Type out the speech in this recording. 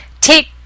take